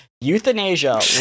euthanasia